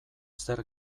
zer